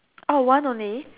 oh one only